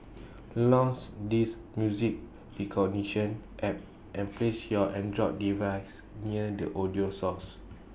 launch this music recognition app and place your Android device near the audio source